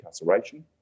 incarceration